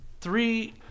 three